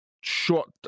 short